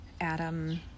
Adam